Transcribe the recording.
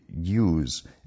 use